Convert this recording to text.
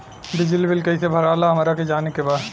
बिजली बिल कईसे भराला हमरा के जाने के बा?